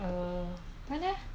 that means can fifty fifty [what]